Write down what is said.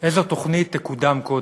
איזו תוכנית תקודם קודם.